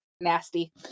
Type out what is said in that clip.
nasty